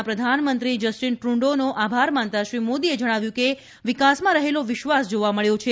કેનેડાના પ્રધાનમંત્રી જસ્ટીન ટ્રડોનો આભાર માનતાં શ્રી મોદીએ જણાવ્યં કે વિકાસમાં રહેલો વિશ્વાસ જોવા મળ્યો છે